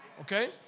Okay